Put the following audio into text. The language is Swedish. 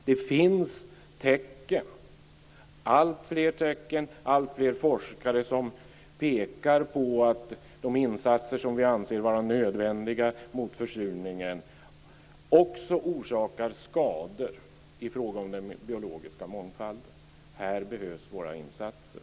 Det finns alltfler tecken och alltfler forskare som pekar på att de insatser som vi anser vara nödvändiga mot försurningen också orsakar skador i fråga om den biologiska mångfalden. Här behövs våra insatser.